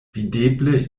videble